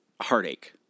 heartache